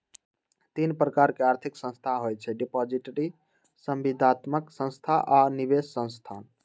तीन प्रकार के आर्थिक संस्थान होइ छइ डिपॉजिटरी, संविदात्मक संस्था आऽ निवेश संस्थान